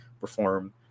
perform